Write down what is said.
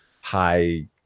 high